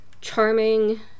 charming